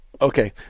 Okay